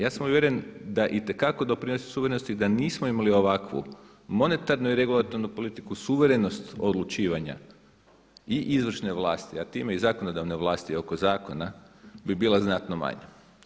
Ja sam uvjeren da itekako doprinosi suverenosti i da nismo imali ovakvu monetarnu i regulatornu politiku suverenost odlučivanja i izvršne vlasti a time i zakonodavne vlasti oko zakona bi bila znatno manja.